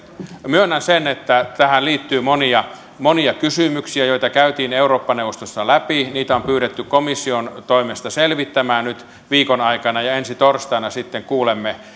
myönnän sen että tähän liittyy monia monia kysymyksiä joita käytiin eurooppa neuvostossa läpi niitä on on pyydetty komission toimesta selvittämään nyt viikon aikana ja ensi torstaina sitten kuulemme